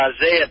Isaiah